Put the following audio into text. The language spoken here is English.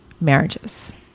marriages